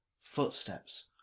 footsteps